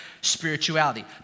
spirituality